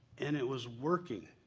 and it was working.